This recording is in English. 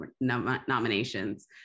nominations